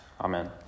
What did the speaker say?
Amen